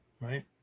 right